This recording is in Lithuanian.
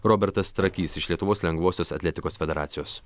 robertas trakys iš lietuvos lengvosios atletikos federacijos